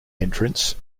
entrance